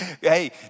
Hey